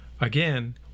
again